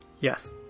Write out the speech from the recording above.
Yes